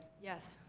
yes.